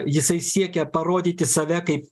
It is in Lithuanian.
jisai siekia parodyti save kaip